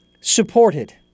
supported